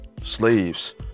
slaves